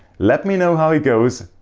let me know how it goes,